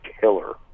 killer